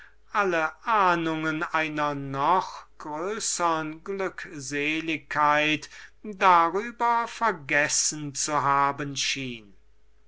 alle ahnungen einer noch größern glückseligkeit darüber vergessen zu haben schien